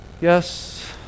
Yes